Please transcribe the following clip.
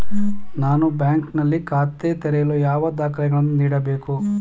ನಾನು ಬ್ಯಾಂಕ್ ನಲ್ಲಿ ಖಾತೆ ತೆರೆಯಲು ಯಾವ ದಾಖಲೆಗಳನ್ನು ನೀಡಬೇಕು?